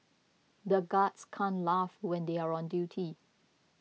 the guards can't laugh when they are on duty